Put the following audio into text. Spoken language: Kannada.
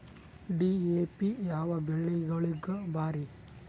ಡಿ.ಎ.ಪಿ ಯಾವ ಬೆಳಿಗೊಳಿಗ ಭಾರಿ?